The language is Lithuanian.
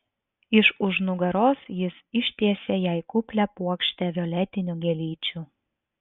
iš už nugaros jis ištiesė jai kuplią puokštę violetinių gėlyčių